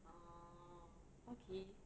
oh okay